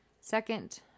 Second